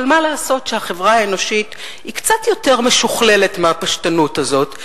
אבל מה לעשות שהחברה האנושית היא קצת יותר משוכללת מהפשטנות הזאת,